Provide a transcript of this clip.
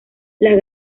las